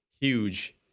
Huge